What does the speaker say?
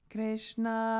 Krishna